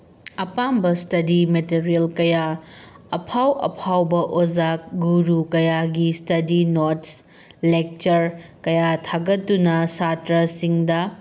ꯑꯄꯥꯝꯕ ꯏꯁꯇꯗꯤ ꯃꯦꯇꯔꯤꯌꯦꯜ ꯀꯌꯥ ꯑꯐꯥꯎ ꯑꯐꯥꯎꯕ ꯑꯣꯖꯥ ꯒꯨꯔꯨ ꯀꯌꯥꯒꯤ ꯏꯁꯇꯗꯤ ꯅꯣꯠꯁ ꯂꯦꯛꯆꯔ ꯀꯌꯥ ꯊꯥꯒꯠꯇꯨꯅ ꯁꯥꯇ꯭ꯔꯁꯤꯡꯗ